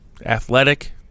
athletic